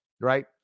right